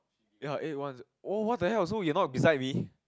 ya eight one oh what the hell so you are not beside me